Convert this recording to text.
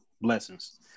Blessings